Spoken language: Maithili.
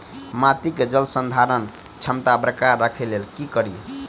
माटि केँ जलसंधारण क्षमता बरकरार राखै लेल की कड़ी?